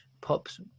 pops